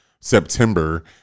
September